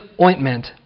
ointment